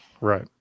Right